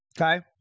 Okay